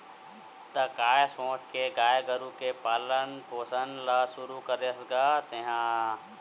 त काय सोच के गाय गरु के पालन पोसन ल शुरू करे हस गा तेंहा?